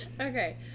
Okay